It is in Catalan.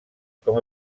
com